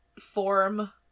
form